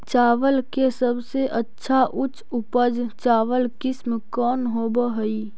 चावल के सबसे अच्छा उच्च उपज चावल किस्म कौन होव हई?